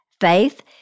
faith